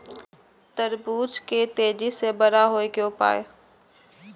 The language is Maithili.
तरबूज के तेजी से बड़ा होय के उपाय?